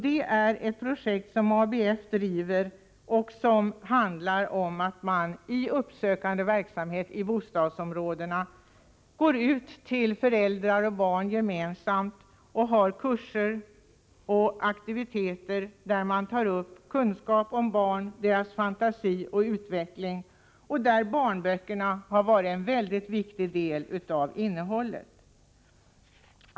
Det är ett projekt som ABF driver och som innebär att man har uppsökande verksamhet i bostadsområdena genom att gå ut till föräldrar och barn gemensamt och ha kurser och aktiviteter. Där tar man upp sådant som kunskap om barn, deras fantasi och utveckling, och barnböckerna har varit en mycket viktig del av innehållet.